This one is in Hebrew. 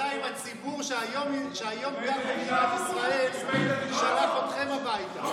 בינתיים הציבור שהיום גר במדינת ישראל שלח אתכם הביתה.